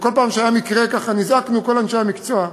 וכל פעם כשהיה מקרה נזעקנו, כל אנשי המקצוע,